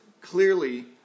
clearly